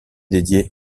dédiée